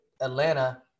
Atlanta